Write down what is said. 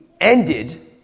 ended